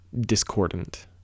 discordant